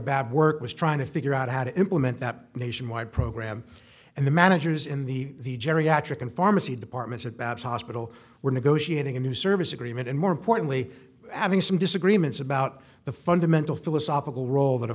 bad work was trying to figure out how to implement that nationwide program and the managers in the geriatric and pharmacy departments at bob's hospital were negotiating a new service agreement and more importantly adding some disagreements about the fundamental philosophical role that a